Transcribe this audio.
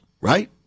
right